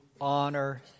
honor